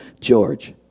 George